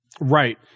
Right